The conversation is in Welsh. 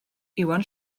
iwan